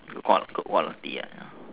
good qua~ good quality ah